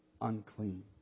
unclean